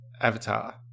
Avatar